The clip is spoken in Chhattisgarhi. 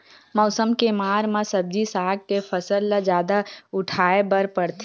मउसम के मार म सब्जी साग के फसल ल जादा उठाए बर परथे